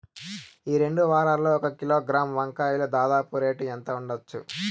ఈ రెండు వారాల్లో ఒక కిలోగ్రాము వంకాయలు దాదాపు రేటు ఎంత ఉండచ్చు?